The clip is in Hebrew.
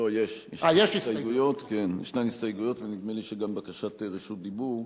יש הסתייגויות, ונדמה לי שגם בקשת רשות דיבור.